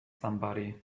somebody